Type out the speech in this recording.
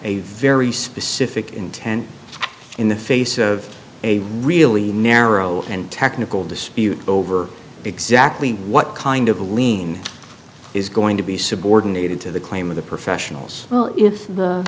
a very specific intent in the face of a really narrow and technical dispute over exactly what kind of a lien is going to be subordinated to the claim of the professionals well if the